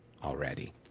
Already